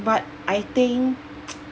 but I think